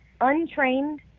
Untrained